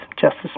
Justice